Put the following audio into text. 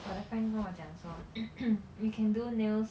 我的 friend 跟我讲说 you can do nails